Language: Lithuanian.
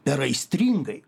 per aistringai